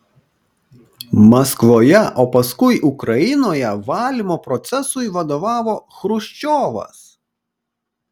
maskvoje o paskui ukrainoje valymo procesui vadovavo chruščiovas